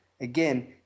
Again